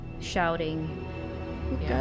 shouting